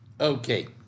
Okay